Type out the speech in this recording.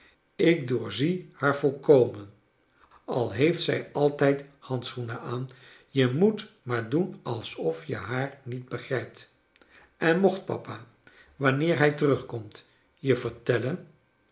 ik doorzie haar volkomen al heeft zij altijd handschoenen aan je moet maar doen alsof je haar niet begrijpt en mocht papa wanneer hij terugkomt r je